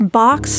box